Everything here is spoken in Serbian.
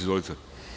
Izvolite.